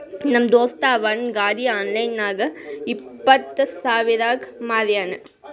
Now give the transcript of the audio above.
ನಮ್ ದೋಸ್ತ ಅವಂದ್ ಗಾಡಿ ಆನ್ಲೈನ್ ನಾಗ್ ಇಪ್ಪತ್ ಸಾವಿರಗ್ ಮಾರ್ಯಾನ್